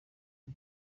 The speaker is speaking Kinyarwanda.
uwo